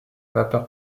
vapeur